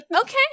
okay